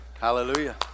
hallelujah